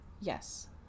Yes